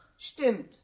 Stimmt